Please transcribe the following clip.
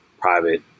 private